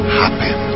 happen